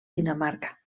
dinamarca